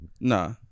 Nah